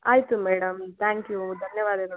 ಆಯಿತು madam thank you ಧನ್ಯವಾದಗಳು